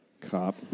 Cop